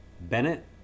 Bennett